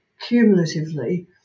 cumulatively